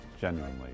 genuinely